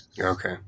Okay